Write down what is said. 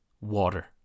water